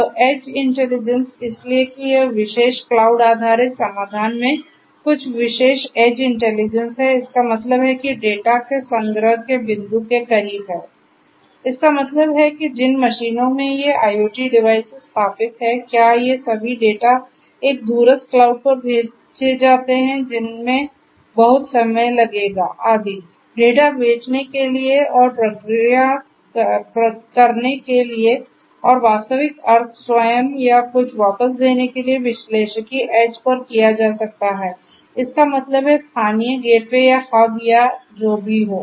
तो edge intelligence इसलिए कि क्या इस विशेष क्लाउड आधारित समाधान में कुछ विशिष्ट एज इंटेलिजेंस हैं इसका मतलब है कि डेटा के संग्रह के बिंदु के करीब इसका मतलब है कि जिन मशीनों में ये IoT डिवाइस स्थापित हैं क्या ये सभी डेटा एक दूरस्थ क्लाउड पर भेजे जाते हैं जिसमें बहुत समय लगेगा आदि डेटा भेजने के लिए और प्रक्रिया करने के लिए और वास्तविक अर्थ स्वयं या कुछ वापस देने के लिए विश्लेषिकी ऐड्ज पर किया जा सकता है इसका मतलब है स्थानीय गेटवे या हब या जो भी हो